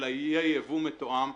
אלא יהיה ייבוא מתואם.